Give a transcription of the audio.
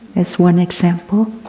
as one example,